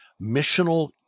missional